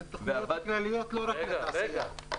זה תוכניות כלליות, לא רק לתעשייה.